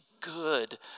good